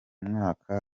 mwaka